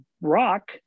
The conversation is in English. rock